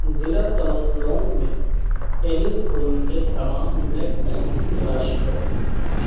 ضلع تمنگلونگ میں اینی خون کے تمام بلڈ بینک تلاش کرو